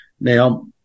Now